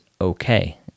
okay